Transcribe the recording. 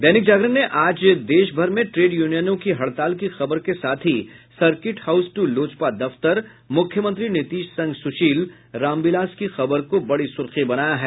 दैनिक जागरण ने आज देश भर में ट्रेन यूनियनों की हड़ताल की खबर के साथ ही सर्किट हाउस टू लोजपा दफ्तर मुख्यमंत्री नीतीश संग सुशील रामविलास की खबर को बड़ी सुर्खी बनाया है